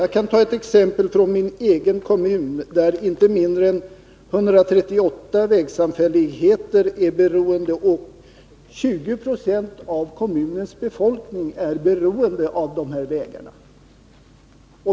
Jag kan ta ett exempel från min hemkommun, där inte mindre än 138 vägsamfälligheter och 20 26 av kommunens befolkning är beroende av dessa vägar.